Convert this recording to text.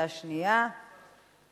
בקריאה שנייה על הצעת חוק שירות התעסוקה (תיקון מס' 20),